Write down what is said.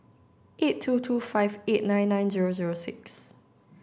eight two two five eight nine nine zero zero six